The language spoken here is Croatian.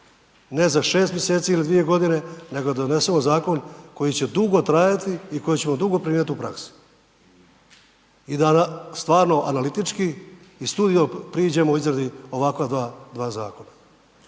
ne za 6 mjeseci ili 2 godine, nego da donesemo zakon koji će dugo trajati i kojeg ćemo dugo primjenjivati u praksi i da stvarno analitički i sudio priđemo u izradi ovakva dva zakona.